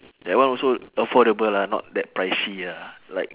that one also affordable lah not that pricey ah like